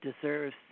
deserves